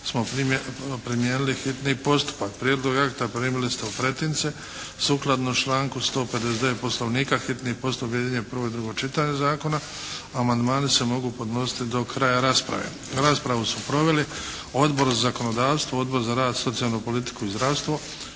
smo primijenili hitni postupak. Prijedlog akta primili ste u pretince. Sukladno članku 159. Poslovnika hitni postupak objedinjuje prvo i drugo čitanje zakona. Amandmani se mogu podnositi do kraja rasprave. Raspravu su proveli Odbor za zakonodavstvo, Odbor za rad, socijalnu politiku i zdravstvo